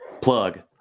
plug